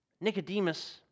Nicodemus